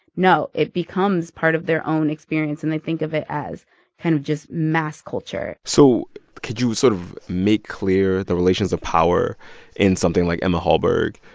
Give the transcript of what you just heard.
no, it becomes part of their own experience. and they think of it as kind of just mass culture so could you sort of make clear the relations of power in something like emma hallberg,